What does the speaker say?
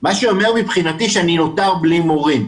מה שאומר מבחינתי שאני נותר בלי מורים,